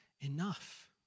enough